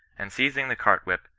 and seizing the cart-whip,